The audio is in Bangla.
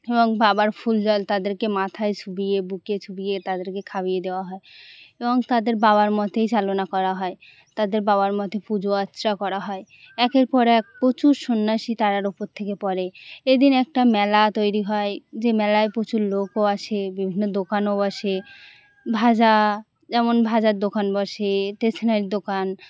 এবং বাবার ফুল জল তাদেরকে মাথায় ছুঁইয়ে বুকে ছুঁইয়ে তাদেরকে খাইয়ে দেওয়া হয় এবং তাদের বাবার মতেই চালনা করা হয় তাদের বাবার মতে পুজো আচ্চা করা হয় একের পর এক প্রচুর সন্ন্যাসী তারার ওপর থেকে পড়ে এদিন একটা মেলা তৈরি হয় যে মেলায় প্রচুর লোকও আসে বিভিন্ন দোকানও বসে ভাজা যেমন ভাজার দোকান বসে ষ্টেশনারী দোকান